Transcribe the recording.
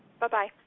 Bye-bye